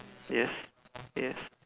yes yes